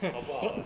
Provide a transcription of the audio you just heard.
好不好 leh